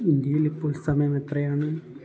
ഇന്ത്യയിലിപ്പോൾ സമയമെത്രയാണ്